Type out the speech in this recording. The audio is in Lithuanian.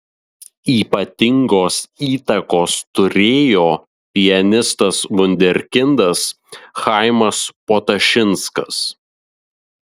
ypatingos įtakos turėjo pianistas vunderkindas chaimas potašinskas